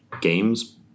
games